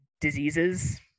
diseases